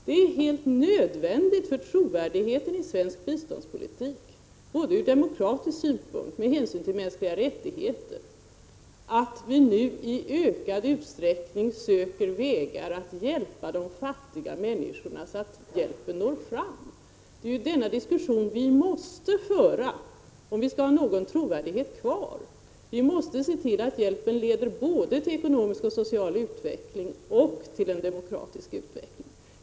Det är helt nödvändigt för trovärdigheten i svensk biståndspolitik, både ur demokratisk synpunkt och med hänsyn till mänskliga rättigheter, att vi nu i ökad utsträckning prövar vägar att hjälpa de fattiga människorna, så att hjälpen når fram. Det är denna diskussion som vi måste föra, om vi skall ha någon trovärdighet kvar. Vi måste se till att hjälpen leder både till ekonomisk Prot. 1985/86:117 och social utveckling och till en demokratisk utveckling.